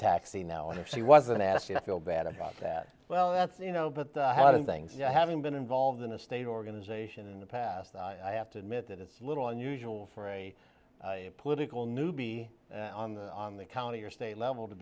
taxi now and actually was an ass and i feel bad about that well that's you know but how do things you know having been involved in a state organization in the past i have to admit that it's a little unusual for a political newbie on the on the county or state level to